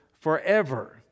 forever